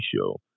show